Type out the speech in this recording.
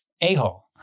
a-hole